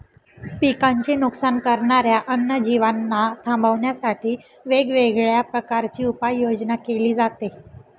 पिकांचे नुकसान करणाऱ्या अन्य जीवांना थांबवण्यासाठी वेगवेगळ्या प्रकारची उपाययोजना केली जाते